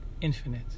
Infinite